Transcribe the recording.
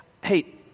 hey